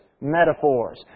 metaphors